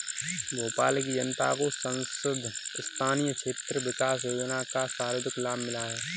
भोपाल की जनता को सांसद स्थानीय क्षेत्र विकास योजना का सर्वाधिक लाभ मिला है